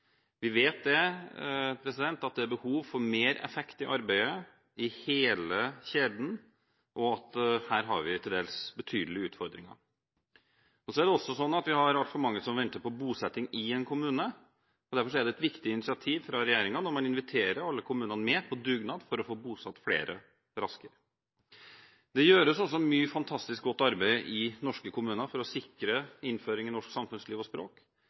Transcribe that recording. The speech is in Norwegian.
Vi vet at det er behov for mer effekt i arbeidet i hele kjeden, og at her har vi til dels betydelige utfordringer. Så har vi altfor mange som venter på bosetting i en kommune. Derfor er det et viktig initiativ fra regjeringen når man inviterer alle kommunene med på dugnad for å få bosatt flere raskere. Det gjøres også mye fantastisk godt arbeid i norske kommuner for å sikre innføring i norsk samfunnsliv og språk.